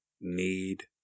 need